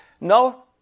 No